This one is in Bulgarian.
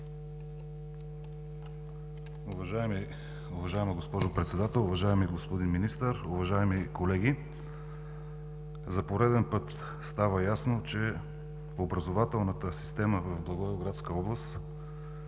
Уважаема госпожо Председател, уважаеми господин Министър, уважаеми колеги! За пореден път става ясно, че образователната система в Благоевградска област